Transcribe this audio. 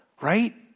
Right